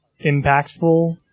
impactful